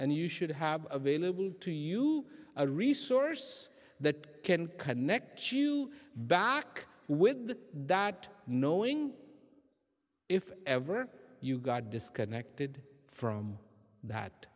and you should have available to you a resource that can connect chu back with the that knowing if ever you got disconnected from